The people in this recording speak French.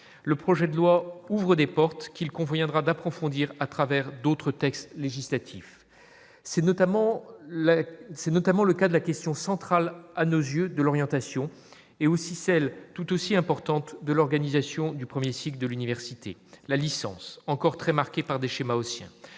le projet de loi ouvre des portes qu'il conviendra d'approfondir, à travers d'autres textes législatifs, c'est notamment la c'est notamment le cas de la question centrale, à nos yeux de l'orientation et aussi celle, tout aussi importante de l'organisation du 1er cycle de l'université, la licence encore très marquée par des schémas aussi,